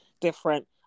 different